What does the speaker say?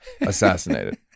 assassinated